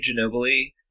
Ginobili